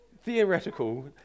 theoretical